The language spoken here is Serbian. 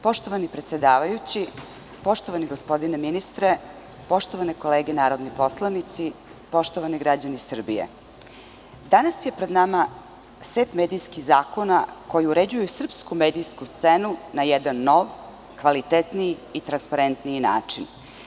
Poštovani predsedavajući, poštovani gospodine ministre, poštovane kolege narodni poslanici, poštovani građani Srbije, danas je pred nama set medijskih zakona koji uređuju srpsku medijsku scenu na jedan nov, kvalitetniji i transparentniji način.